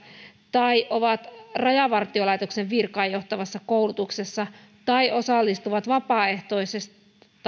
tai ovat rajavartiolaitoksen virkaan johtavassa koulutuksessa tai osallistuvat vapaaehtoisesti